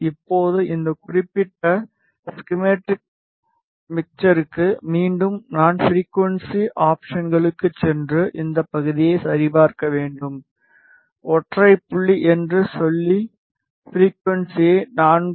இப்போது இந்த குறிப்பிட்ட ஸ்கெமெடிக் மிக்சருக்கு மீண்டும் நான் ஃப்ரிகுவன்ஸி ஆப்ஷன்களுக்குச் சென்று இந்த பகுதியை சரிபார்க்க வேண்டும் ஒற்றை புள்ளி என்று சொல்லி ஃப்ரிகுவன்ஸியை 4